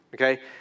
Okay